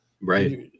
right